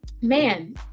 man